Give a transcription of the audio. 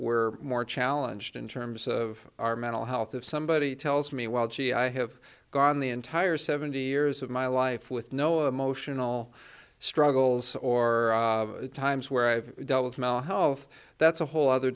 we're more challenged in terms of our mental health of somebody tells me well gee i have gone the entire seventy years of my life with no emotional struggles or times where i've dealt with mal health that's a whole other